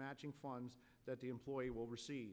matching funds that the employer will receive